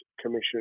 Commission